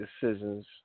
decisions